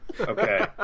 Okay